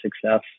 success